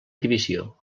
divisió